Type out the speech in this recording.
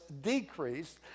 decreased